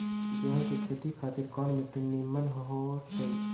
गेंहू की खेती खातिर कौन मिट्टी निमन हो ताई?